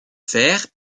faire